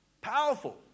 Powerful